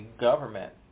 government